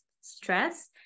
stress